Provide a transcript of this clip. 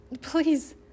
please